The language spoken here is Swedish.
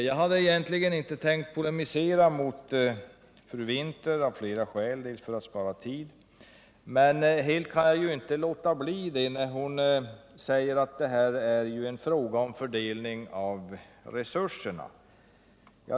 Jag hade egentligen inte tänkt polemisera med fru Winther och det av flera skäl, inte minst för att spara tid. Men helt kan jag inte låta bli det, när hon säger att det här är en fråga om fördelning av resurserna.